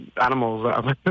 animals